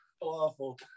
awful